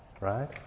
right